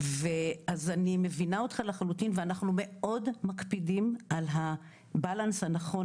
אז אני מבינה אותך לחלוטין ואנחנו מאוד מקפידים על הbalance הנכון,